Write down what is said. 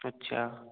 अच्छा